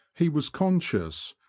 he was conscious,